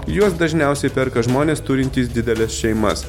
juos dažniausiai perka žmonės turintys dideles šeimas